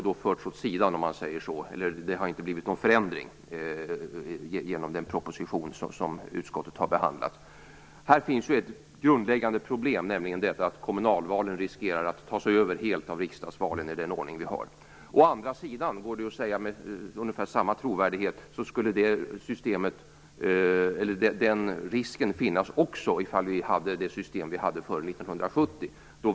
Det har inte blivit någon förändring i den proposition som utskottet nu har behandlat. Här finns ett grundläggande problem, nämligen att kommunalvalen riskerar att tas över helt av riksdagsvalen med den ordning som nu finns. Å andra sidan kan man med samma trovärdighet säga att den risken också finns med det system som användes före 1970.